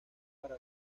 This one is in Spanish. para